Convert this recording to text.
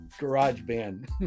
GarageBand